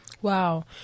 Wow